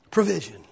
Provision